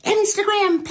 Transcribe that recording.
Instagram